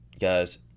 guys